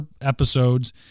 episodes